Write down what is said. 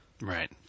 Right